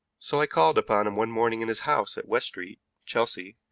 so i called upon him one morning in his house at west street, chelsea,